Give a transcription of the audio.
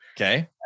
Okay